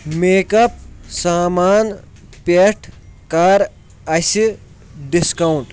make up سامان پٮ۪ٹھ کَر اَسہِ ڈِسکاوُنٛٹ